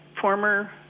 former